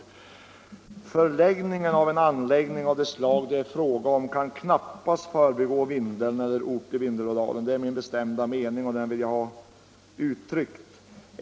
Vid lokaliseringen av en anläggning av det slag det är fråga om kan man knappast förbigå Vindeln eller ort i Vindelådalen. Det är min bestämda mening och den vill jag ha uttryckt.